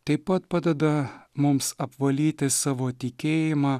taip pat padeda mums apvalyti savo tikėjimą